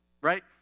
right